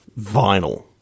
Vinyl